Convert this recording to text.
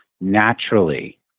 naturally